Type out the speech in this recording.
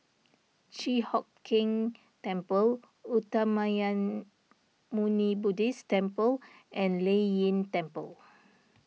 Chi Hock Keng Temple Uttamayanmuni Buddhist Temple and Lei Yin Temple